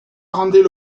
rendait